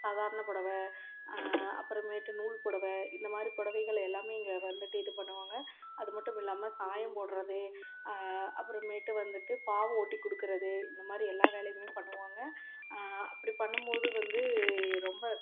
சாதாரண புடவ அப்புறமேட்டு நூல் புடவை இந்தமாதிரி புடவைகள் எல்லாமே இங்கே வந்துட்டு இது பண்ணுவாங்க அது மட்டுமில்லாமல் சாயம் போடுறது அப்புறமேட்டு வந்துட்டு பாவு ஓட்டி கொடுக்குறது இந்தமாதிரி எல்லா வேலையுமே பண்ணுவாங்க அப்படி பண்ணும்போது வந்து ரொம்ப